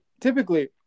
typically